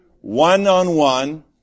one-on-one